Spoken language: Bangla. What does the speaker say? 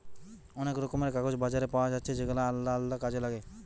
অনেক রকমের কাগজ বাজারে পায়া যাচ্ছে যেগুলা আলদা আলদা কাজে লাগে